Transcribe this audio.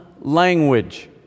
language